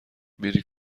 میری